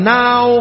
now